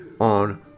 on